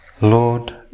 Lord